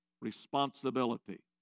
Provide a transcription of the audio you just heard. responsibility